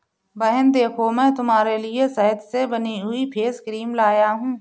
बहन देखो मैं तुम्हारे लिए शहद से बनी हुई फेस क्रीम लाया हूं